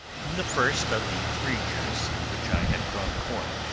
in the first of the three years in which i had grown corn,